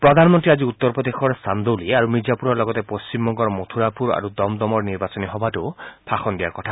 প্ৰধানমন্ত্ৰীয়ে আজি উত্তৰ প্ৰদেশৰ চান্দদৌলি আৰু মিৰ্জাপুৰৰ লগতে পশ্চিমবংগৰ মথুৰাপুৰ আৰু দমদমৰ নিৰ্বাচনী সভাতো ভাষণ দিয়াৰ কথা